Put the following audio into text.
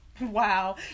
wow